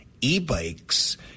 e-bikes